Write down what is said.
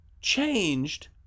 changed